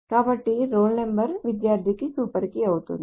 కాబట్టి roll number విద్యార్థికి super key అవుతుంది